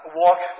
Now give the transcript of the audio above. walk